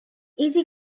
easy